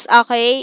okay